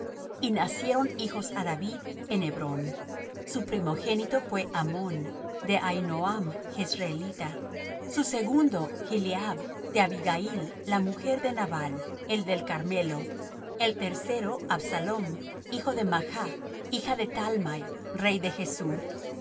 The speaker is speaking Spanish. y nacieron hijos á david en hebrón su primogénito fué ammón de ahinoam jezreelita su segundo chileab de abigail la mujer de nabal el del carmelo el tercero absalóm hijo de maach hija de talmai rey de